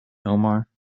omar